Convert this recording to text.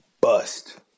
bust